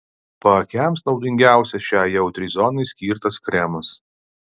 paakiams naudingiausias šiai jautriai zonai skirtas kremas